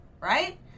right